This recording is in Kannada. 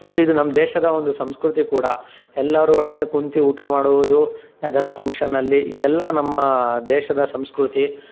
ಮತ್ತು ಇದು ನಮ್ಮ ದೇಶದ ಒಂದು ಸಂಸ್ಕೃತಿ ಕೂಡ ಎಲ್ಲಾರ ಒಡನೆ ಕುಂತು ಊಟ ಮಾಡುವುದು ಯಾವ್ದಾರ ಫಂಕ್ಷನ್ನಲ್ಲಿ ಇದೆಲ್ಲ ನಮ್ಮ ದೇಶದ ಸಂಸ್ಕೃತಿ